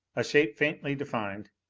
a shape faintly defined.